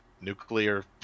nuclear